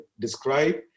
describe